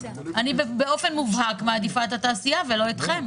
באופן מובהק אני מעדיפה את התעשייה ולא אתכם.